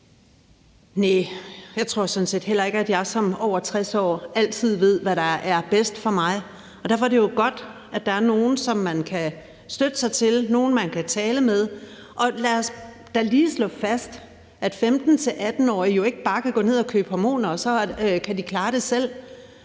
Jeg tror sådan set heller ikke, at jeg som over 60-årig altid ved, hvad der er bedst for mig, og derfor er det jo godt, at der er nogen, som man kan støtte sig til, nogen, man kan tale med, og lad os da lige slå fast, at 15-18-årige jo ikke bare kan gå ned at købe hormoner, og så kan de klare det selv.